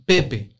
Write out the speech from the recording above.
Pepe